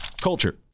Culture